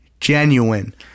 genuine